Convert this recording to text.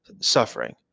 suffering